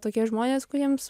tokie žmonės kuriems